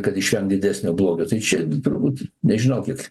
kad išvengt didesnio blogio tai čia turbūt nežinau kiek